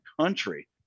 country